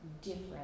different